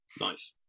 Nice